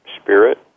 spirit